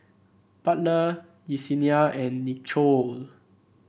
Butler Yesenia and Nichole